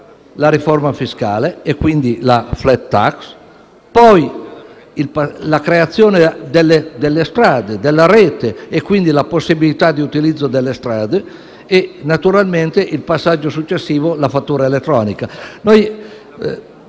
la riforma fiscale, quindi la *flat tax*, poi la creazione della rete, quindi la possibilità di utilizzo delle strade, e naturalmente il passaggio successivo è la fattura elettronica.